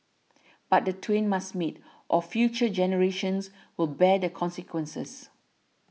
but the twain must meet or future generations will bear the consequences